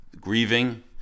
grieving